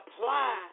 apply